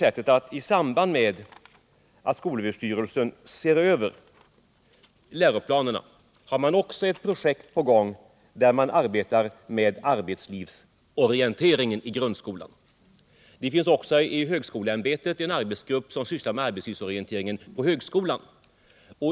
I samband med att skolöverstyrelsen ser över läroplanerna har man också ett projekt på gång där man arbetar med arbetslivsorienteringen i grundskolan. Det finns också inom högskoleämbetet en arbetsgrupp som sysslar med frågan om ämnet arbetslivsorientering på högskolan.